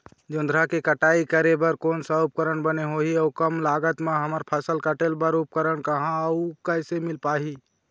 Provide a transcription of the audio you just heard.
जोंधरा के कटाई करें बर कोन सा उपकरण बने होही अऊ कम लागत मा हमर फसल कटेल बार उपकरण कहा अउ कैसे मील पाही?